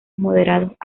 moderados